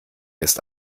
ist